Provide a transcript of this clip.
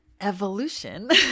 evolution